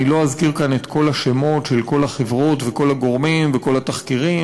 אני לא אזכיר כאן את כל השמות של כל החברות וכל הגורמים וכל התחקירים,